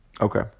Okay